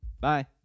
Bye